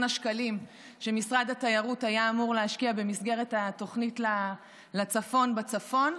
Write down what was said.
השקלים שמשרד התיירות היה אמור להשקיע במסגרת התוכנית לצפון בצפון.